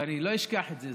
ואני לא אשכח את זה.